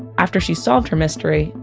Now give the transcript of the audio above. after she's solved her mystery,